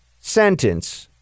sentence